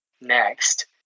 next